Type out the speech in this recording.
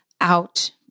out